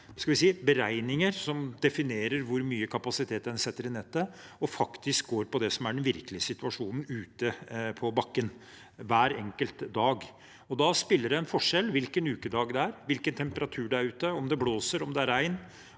beregninger som definerer hvor mye kapasitet en setter i nettet, og over til det som faktisk er den virkelige situasjonen ute på bakken hver enkelt dag. Da spiller det en rolle hvilken ukedag det er, hvilken temperatur det er ute, om det blåser, om det er regn,